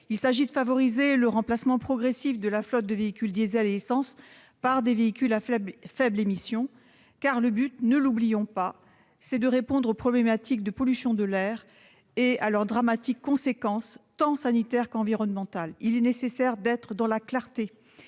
Il s'agit de favoriser le remplacement progressif de la flotte de véhicules diesel et essence par des véhicules à faibles émissions, car le but, ne l'oublions pas, est de répondre aux problématiques de pollutions de l'air et de leurs dramatiques conséquences tant sanitaires qu'environnementales. Il est nécessaire d'être dans la clarté